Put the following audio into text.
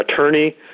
attorney